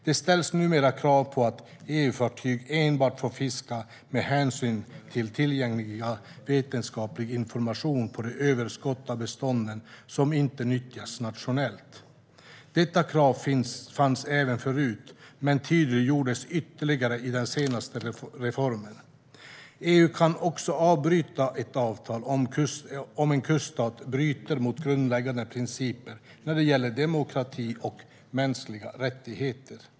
Det ställs numera krav på att EU-fartyg enbart får fiska med hänsyn till tillgänglig vetenskaplig information på det överskott av bestånden som inte nyttjas nationellt. Detta krav fanns även förut, men det tydliggjordes ytterligare i den senaste reformen. EU kan också avbryta ett avtal om en kuststat bryter mot grundläggande principer när det gäller demokrati och mänskliga rättigheter.